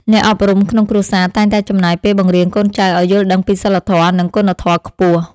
អ្នកអប់រំក្នុងគ្រួសារតែងតែចំណាយពេលបង្រៀនកូនចៅឱ្យយល់ដឹងពីសីលធម៌ និងគុណធម៌ខ្ពស់។